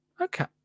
Okay